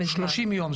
שלושים יום.